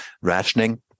rationing